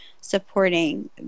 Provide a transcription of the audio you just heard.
supporting